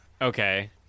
Okay